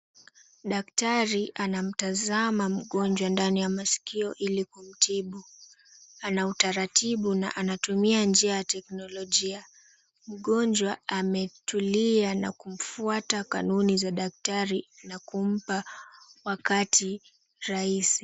Daktari anamtazama mgonjwa ndani ya masikio ili kumtibu, Ana utaratibu na anatumia njia ya teknolojia. Mgonjwa ametulia na kufuata kanuni za daktari na kumpa wakati rahisi.